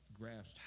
grasped